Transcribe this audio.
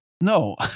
No